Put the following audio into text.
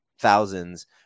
thousands